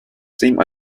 same